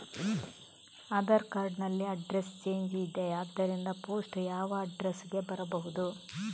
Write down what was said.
Aadhaar card ನಲ್ಲಿ address change ಇದೆ ಆದ್ದರಿಂದ ಪೋಸ್ಟ್ ಯಾವ ಅಡ್ರೆಸ್ ಗೆ ಬರಬಹುದು?